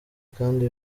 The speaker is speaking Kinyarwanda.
kandi